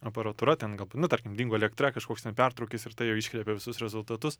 aparatūra ten gal nu tarkim dingo elektra kažkoks ten pertrūkis ir tai jau iškreipė visus rezultatus